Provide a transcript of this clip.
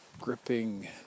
gripping